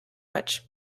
match